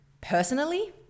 personally